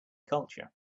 culture